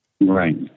Right